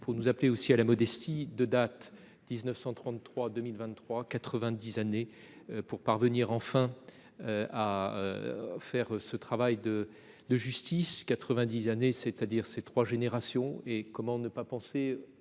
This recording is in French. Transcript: pour nous appeler aussi à la modestie de dates 1933 2023, 90 années pour parvenir enfin. À. Faire ce travail de de justice 90 années c'est-à-dire ces 3 générations et comment ne pas penser